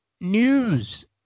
news